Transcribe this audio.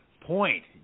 point